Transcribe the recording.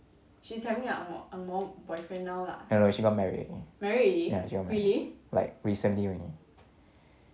no she got married already ya she got married like recently only